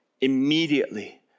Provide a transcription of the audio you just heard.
immediately